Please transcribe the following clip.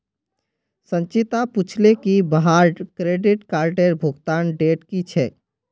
संचिता पूछले की वहार क्रेडिट कार्डेर भुगतानेर डेट की छेक